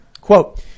Quote